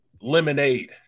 lemonade